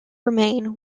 remain